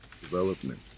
development